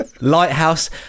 lighthouse